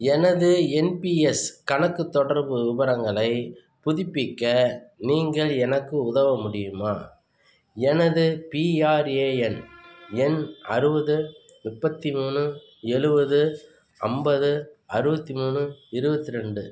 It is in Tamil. எனது என்பிஎஸ் கணக்கு தொடர்பு விவரங்களைப் புதுப்பிக்க நீங்கள் எனக்கு உதவ முடியுமா எனது பிஆர்ஏஎன் எண் அறுபது முப்பத்தி மூணு எழுவது ஐம்பது அறுபத்தி மூணு இருபத்தி ரெண்டு